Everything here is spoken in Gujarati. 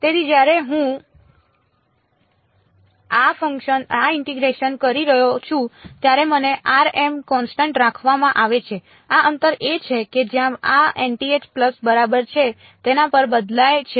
તેથી જ્યારે હું આ ઇન્ટીગ્રેશન કરી રહ્યો છું ત્યારે મને કોન્સટન્ટ રાખવામાં આવે છે આ અંતર એ છે કે જ્યાં આ nth પલ્સ બરાબર છે તેના પર બદલાય છે